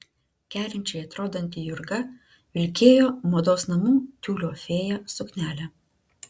kerinčiai atrodanti jurga vilkėjo mados namų tiulio fėja suknelę